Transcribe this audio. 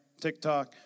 TikTok